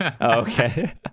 okay